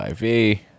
IV